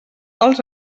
els